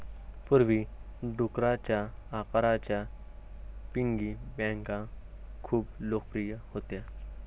पूर्वी, डुकराच्या आकाराच्या पिगी बँका खूप लोकप्रिय होत्या